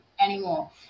anymore